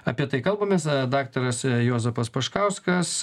apie tai kalbamės daktaras juozapas paškauskas